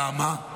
למה?